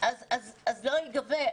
הסכום לא ייגבה.